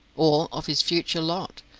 or of his future lot?